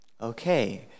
okay